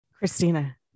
Christina